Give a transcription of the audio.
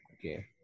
Okay